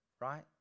right